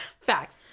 Facts